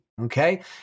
okay